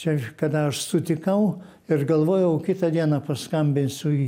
čia kada aš sutikau ir galvojau kitą dieną paskambinsiu į